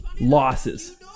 losses